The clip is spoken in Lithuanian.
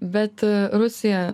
bet rusija